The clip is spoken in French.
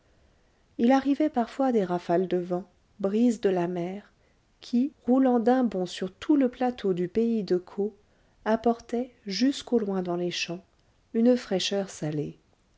il arrivait parfois des rafales de vent brises de la mer qui roulant d'un bond sur tout le plateau du pays de caux apportaient jusqu'au loin dans les champs une fraîcheur salée